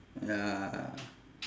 ya